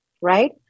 Right